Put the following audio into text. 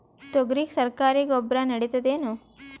ತೊಗರಿಗ ಸರಕಾರಿ ಗೊಬ್ಬರ ನಡಿತೈದೇನು?